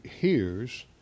hears